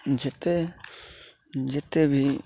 ଯେତେ ଯେତେ ବି